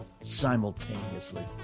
simultaneously